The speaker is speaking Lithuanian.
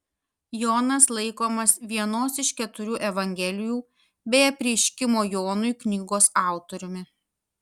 jonas laikomas vienos iš keturių evangelijų bei apreiškimo jonui knygos autoriumi